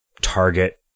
target